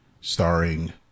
starring